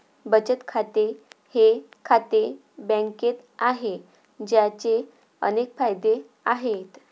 बचत खाते हे खाते बँकेत आहे, ज्याचे अनेक फायदे आहेत